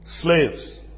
slaves